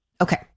Okay